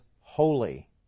holy